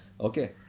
okay